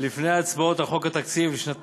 לפני ההצבעות על חוק התקציב לשנים